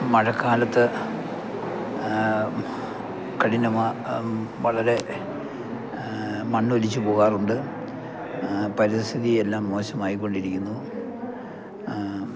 മഴക്കാലത്ത് കഠിനമാ വളരെ മണ്ണൊലിച്ച് പോകാറുണ്ട് പരിസ്ഥിതി എല്ലാം മോശമായിക്കൊണ്ടിരിക്കുന്നു